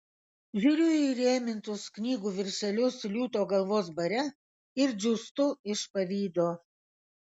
žiūriu į įrėmintus knygų viršelius liūto galvos bare ir džiūstu iš pavydo